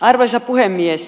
arvoisa puhemies